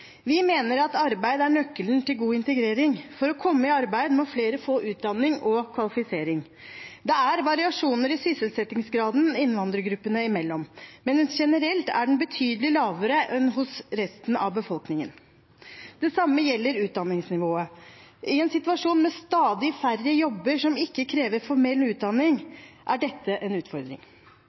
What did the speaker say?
Vi mener at arbeid er nøkkelen til god integrering. For å komme i arbeid må flere få utdanning og kvalifisering. Det er variasjoner i sysselsettingsgraden innvandrergruppene i mellom, men generelt er den betydelig lavere enn hos resten av befolkningen. Det samme gjelder utdanningsnivået. I en situasjon med stadig færre jobber som ikke krever formell utdanning, er dette en utfordring.